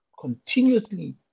continuously